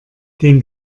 den